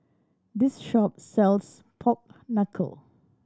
this shop sells pork knuckle